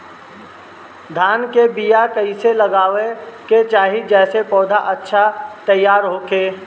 धान के बीया कइसे लगावे के चाही जेसे पौधा अच्छा तैयार होखे?